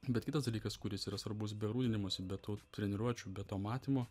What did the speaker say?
bet kitas dalykas kuris yra svarbus be grūdinimosi be tų treniruočių be to matymo